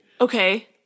Okay